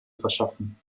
verschaffen